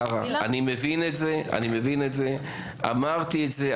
קלרה, אני מבין את זה, אמרתי את זה.